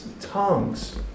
Tongues